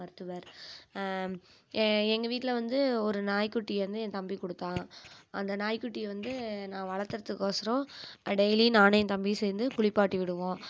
மருத்துவர் ஏ எங்கள் வீட்டில் வந்து ஒரு நாய்குட்டி வந்து என் தம்பி கொடுத்தான் அந்த நாய்க்குட்டியை வந்து நான் வளர்த்துறக்கு ஒசரம் டெய்லியும் நானே என் தம்பியும் சேர்ந்து குளிப்பாட்டி விடுவோம்